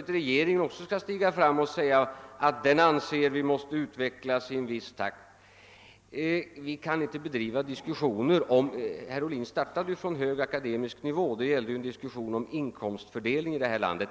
att regeringen skall stiga fram och säga att den gruppens inkomster måste utvecklas i en viss takt. Herr Ohlin inledde diskussionen på en hög akademisk nivå och talade om inkomstfördelningen i landet.